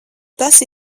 tas